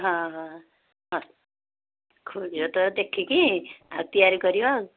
ହଁ ହଁ ଖୁଡ଼ି ସହିତ ଦେଖିକି ଆଉ ତିଆରି କରିବା ଆଉ